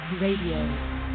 Radio